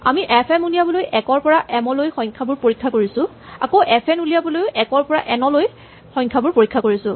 আমি F M উলিয়াবলৈ ১ ৰ পৰা এম লৈ সংখ্যাবোৰ পৰীক্ষা কৰিছো আকৌ এফ এন উলিয়াবলৈ ১ ৰ পৰা এন লৈ সংখ্যাবোৰ পৰীক্ষা কৰিছো